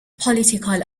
political